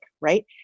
Right